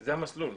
זה המסלול?